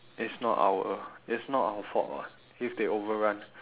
it's not our it's not our fault [what] if they over run